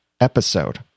episode